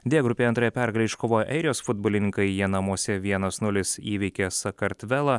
d grupėje antrąją pergalę iškovojo airijos futbolininkai jie namuose vienas nulis įveikė sakartvelą